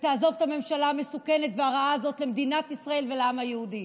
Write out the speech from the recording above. ותעזוב את הממשלה המסוכנת והרעה הזאת למדינת ישראל ולעם היהודי.